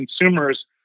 consumers